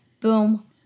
boom